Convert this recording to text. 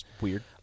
weird